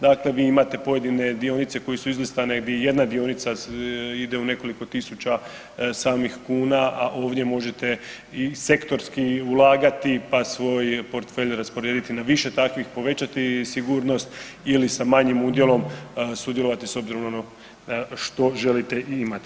Dakle, vi imate pojedine dionice koje su izlistane di jedna dionica ide u nekoliko tisuća samih kuna, a ovdje možete i sektorski ulagati, pa svoj portfelj rasporediti na više takvih, povećati sigurnost ili sa manjim udjelom sudjelovati s obzirom na ono što želite i imate.